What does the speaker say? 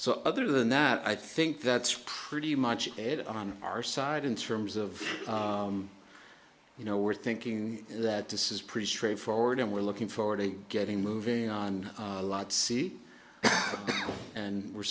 so other than that i think that's pretty much it on our side in terms of you know we're thinking that this is pretty straightforward and we're looking forward to getting moving on a lot c and we're